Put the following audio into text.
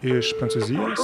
iš prancūzijos